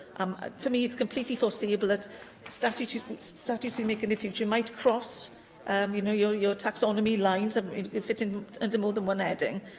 um for me, it's completely foreseeable that statutes statutes we make in the future might cross um you know your your taxonomy lines and fit under and more than one heading,